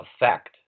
effect